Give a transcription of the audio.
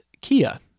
kia